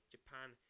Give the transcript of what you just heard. Japan